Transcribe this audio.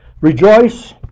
Rejoice